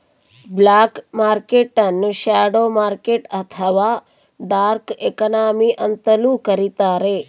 block market ನ್ನು shadow market ಅಥವಾ dark economy ಅಂತಲೂ ಕರಿತಾರೆ